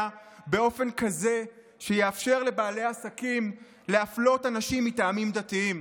באופן כזה שיאפשר לבעלי העסקים להפלות אנשים מטעמים דתיים.